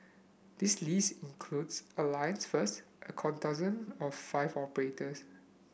the list includes Alliance First a dozen of five operators